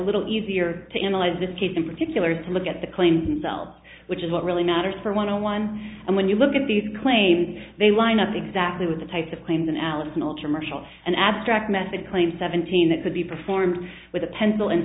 little easier to analyze this case in particular to look at the clinton cell which is what really matters for one on one and when you look at these claims they line up exactly with the type of claims analysis milter marshall an abstract method claims seventeen that could be performed with a pencil and